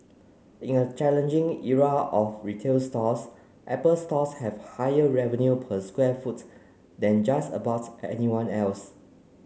in a challenging era of retail stores Apple Stores have higher revenue per square foot than just about anyone else